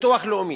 ביטוח לאומי.